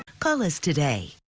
call us today.